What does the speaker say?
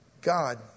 God